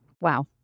Wow